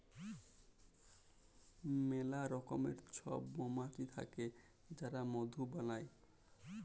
ম্যালা রকমের সব মমাছি থাক্যে যারা মধু বালাই